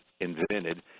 invented